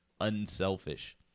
unselfish